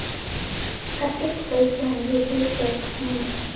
कतेक पइसा भेज सकहुं?